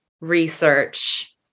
research